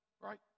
right